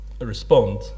respond